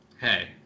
hey